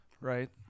right